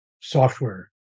software